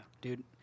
Dude